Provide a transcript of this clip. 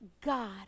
God